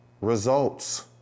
Results